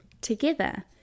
Together